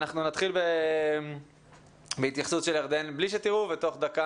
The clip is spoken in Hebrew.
אנחנו נתחיל בהתייחסות של ירדן ואני מקווה שתוך דקה